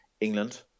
England